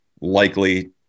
likely